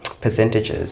Percentages